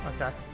Okay